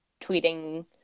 tweeting